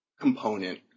component